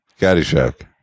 Caddyshack